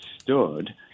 stood